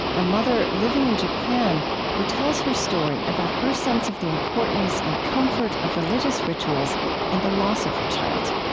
a mother living in japan who tells her story about her sense of the importance and comfort of religious rituals and the loss of her child.